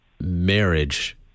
marriage